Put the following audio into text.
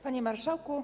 Panie Marszałku!